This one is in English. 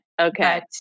Okay